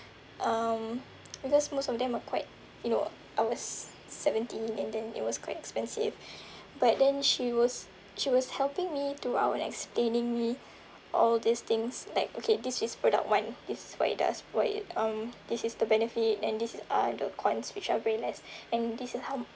um because most of them are quite you know I was seventeen and then it was quite expensive but then she was she was helping me to uh what explaining me all these things like okay this is product one this is what it does us what it um this is the benefit and this is uh the cons which are very less and this is ho~